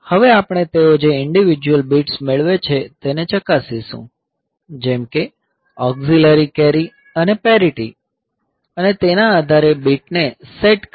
હવે આપણે તેઓ જે ઈંડિવિડયુઅલ બિટ્સ મેળવે છે તેને ચકાસીશું જેમકે ઓક્ઝિલરી કેરી અને પેરિટી અને તેના આધારે બીટને સેટ કરવા